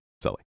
Sully